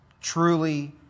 Truly